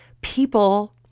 people